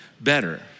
better